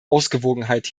ausgewogenheit